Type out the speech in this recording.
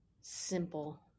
simple